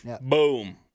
Boom